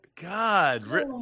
God